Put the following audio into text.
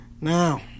Now